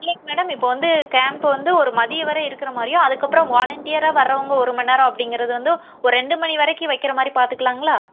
இல்லைங்க மேடம் இப்போ வந்து கேம்ப் வந்து ஒரு மதிய வர இருக்கிற மாதிரியும் அதுக்கப்புறோம் வாலண்டியராக வரவங்க ஒருமண் நேரம் அப்படிங்கறது வந்து ஒரு ரெண்டு மணி வரைக்கும் வைக்கிற மாதிரி பார்த்துக்கலாங்களா